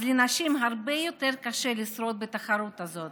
אז לנשים הרבה יותר קשה לשרוד בתחרות הזאת.